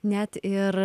net ir